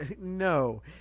no